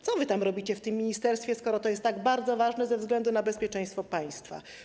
Co wy tam robicie w tym ministerstwie, skoro to jest tak bardzo ważne ze względu na bezpieczeństwo państwa?